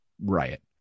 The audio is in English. riot